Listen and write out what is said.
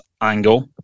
angle